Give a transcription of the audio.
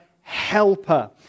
helper